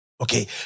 Okay